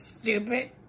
Stupid